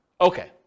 Okay